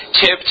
tipped